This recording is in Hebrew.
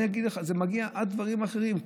אני אגיד לך, זה מגיע עד דברים אחרים.